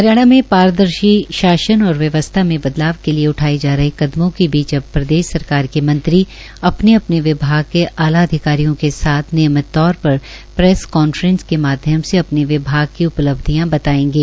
हरियाणा में पारदर्शी शासन और व्यवस्था में बदलाव के लिए उठाए जा रहे कदमों के बीच अब प्रदेश सरकार के मंत्री अपने अपने विभाग के आला अधिकारियों के साथ नियमित तौर पर प्रेस कांफ्रेंस के माध्यम से अपने विभाग उपलब्धियां बताएंगे